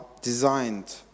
designed